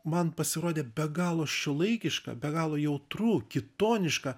man pasirodė be galo šiuolaikiška be galo jautru kitoniška